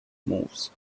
moves